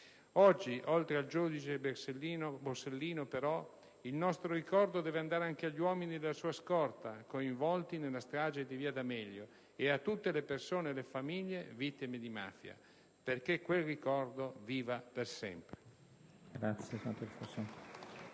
Oggi, oltre al giudice Borsellino però, il nostro ricordo deve andare anche agli uomini della sua scorta coinvolti nella strage di via D'Amelio e a tutte le persone e le famiglie vittime di mafia. Perché quel ricordo viva per sempre.